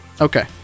okay